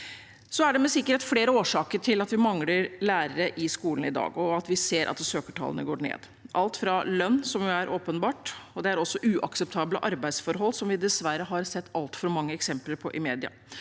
Det er med sikkerhet flere årsaker til at vi mangler lærere i skolen i dag, og til at vi ser at søkertallene går ned – alt fra lønn, som jo er åpenbart, til uakseptable arbeidsforhold, som vi dessverre har sett altfor mange eksempler på i media.